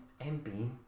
MB